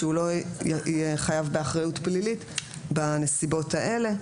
שהוא לא יהיה חייב באחריות פלילית בנסיבות האלה,